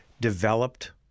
developed